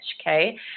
okay